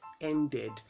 ended